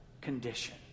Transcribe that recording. condition